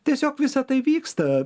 tiesiog visa tai vyksta